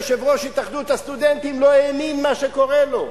יושב-ראש התאחדות הסטודנטים לא האמין מה שקורה לו,